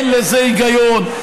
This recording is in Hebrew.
אין לזה היגיון,